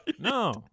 No